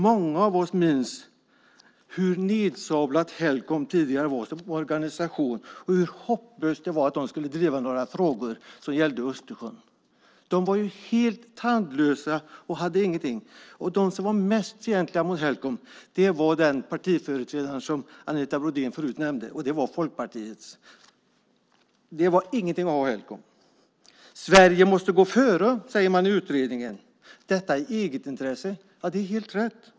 Många av oss minns hur nedsablat Helcom tidigare var som organisation och hur hopplöst det var att de skulle driva några frågor som gällde Östersjön. Helcom var helt tandlöst och hade ingenting, menade man. Den som var mest fientlig mot Helcom var det parti vars företrädare Anita Brodén nämnde förut - Folkpartiet. Helcom var ingenting att ha. Sverige måste gå före, säger man i utredningen - detta i eget intresse. Det är helt rätt.